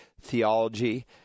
theology